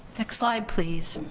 next slide please.